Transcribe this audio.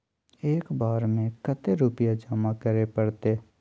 एक बार में कते रुपया जमा करे परते?